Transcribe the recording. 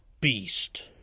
beast